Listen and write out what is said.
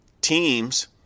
teams